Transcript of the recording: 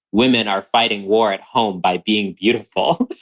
women are fighting war at home by being beautiful.